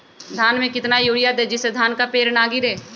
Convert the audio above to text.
धान में कितना यूरिया दे जिससे धान का पेड़ ना गिरे?